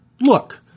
Look